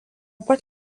pat